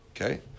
Okay